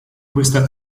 questa